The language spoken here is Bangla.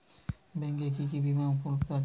ব্যাংকে কি কি বিমা উপলব্ধ আছে?